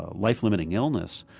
ah life-limiting illness,